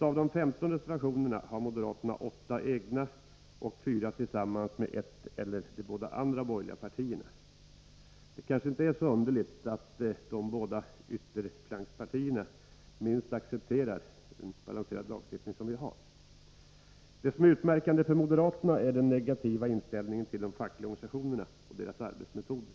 Av de 15 reservationerna har moderaterna 8 egna och 4 tillsammans med ett eller två av de båda andra borgerliga partierna. Det kanske inte är så underligt att de båda ytterflankspartierna minst accepterar den balanserade lagstiftning som vi har. Utmärkande för moderaterna är den negativa inställningen till de fackliga organisationerna och deras arbetsmetoder.